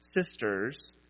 sisters